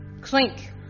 clink